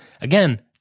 again